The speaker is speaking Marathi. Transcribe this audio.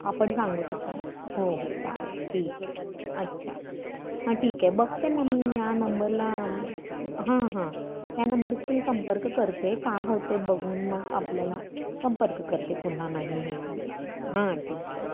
आपण सांगू शकाल हो हो चालेल ठीक आहे अच्छा हां ठीक आहे बघते मग मी या नंबरला हां हां या नंबरशी संपर्क करते काय होतं आहे बघून मग आपल्याला संपर्क करते पुन्हा नाही हे झालं तर हां ठीक आहे ओके